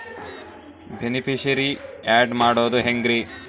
Beneficiary, add ಮಾಡೋದು ಹೆಂಗ್ರಿ?